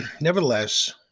nevertheless